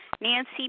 Nancy